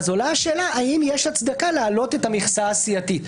עולה השאלה האם יש הצדקה להעלות את המכסה הסיעתית.